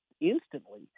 instantly